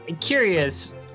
curious